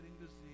disease